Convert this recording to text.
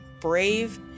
brave